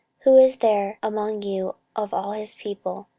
who is there among you of all his people?